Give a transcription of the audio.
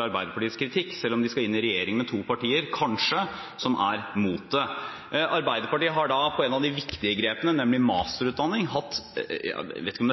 Arbeiderpartiets kritikk, selv om de kanskje skal inn i regjering med to partier som er imot det. Arbeiderpartiet har når det gjelder et av de viktige grepene, nemlig masterutdanning, hatt